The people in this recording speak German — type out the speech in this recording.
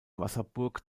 wasserburg